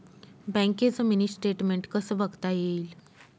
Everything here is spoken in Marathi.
बँकेचं मिनी स्टेटमेन्ट कसं बघता येईल?